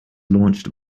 launched